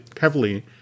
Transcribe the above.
heavily